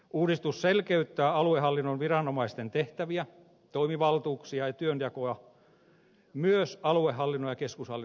uudistus selkeyttää aluehallinnon viranomaisten tehtäviä toimivaltuuksia ja työnjakoa myös aluehallinnon ja keskushallinnon välillä